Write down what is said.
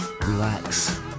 relax